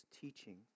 teaching